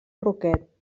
roquet